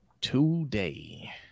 today